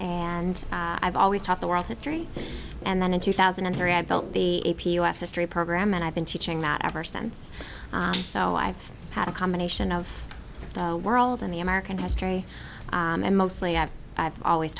and i've always taught the world history and then in two thousand and three i had felt the a p u s history program and i've been teaching that ever since so i've had a combination of the world and the american history and mostly i've i've always